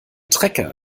trecker